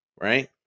Right